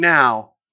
now